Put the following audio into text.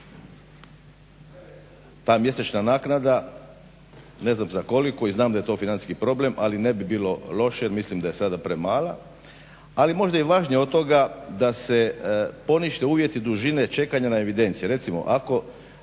ta mjesečna naknada ne znam za koliko i znam da je to financijski problem ali ne bi bilo loše, mislim da je sada premala. Ali možda i važnije od toga da se ponište uvjeti dužine čekanja na evidencije.